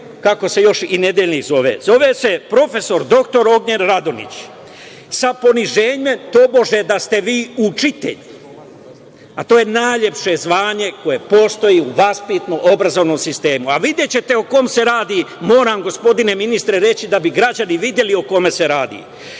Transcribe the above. kako se još i nedeljnik zove. Zove se prof. dr Ognjen Radonjić sa poniženjem, tobože, da ste vi tobože učitelj, a to je najlepše zvanje koje postaji u vaspitno-obrazovnom sistemu. Videćete o kome se radi. Moram, gospodine ministre, reći, da bi građani videli o kome se